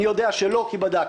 אני יודע שלא, כי בדקתי.